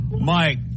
Mike